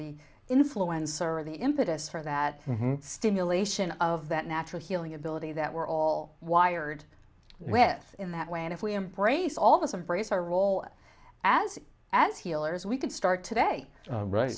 the influence or the impetus for that stimulation of that natural healing ability that we're all wired with in that way and if we embrace all of us of grace our role as as healers we could start today